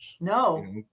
No